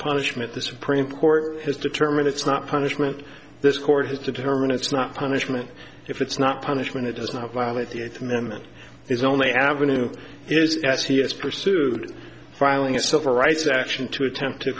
punishment the supreme court has determined it's not punishment this court has to determine it's not punishment if it's not punishment it does not violate the eighth amendment is only avenue is as he has pursued filing a civil rights action to attempt to